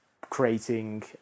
creating